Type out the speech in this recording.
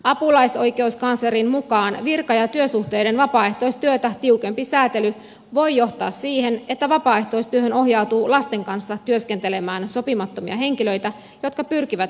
apulaisoikeuskanslerin mukaan virka ja työsuhteiden vapaaehtoistyötä tiukempi säätely voi johtaa siihen että vapaaehtoistyöhön ohjautuu lasten kanssa työskentelemään sopimattomia henkilöitä jotka pyrkivät salaamaan taustaansa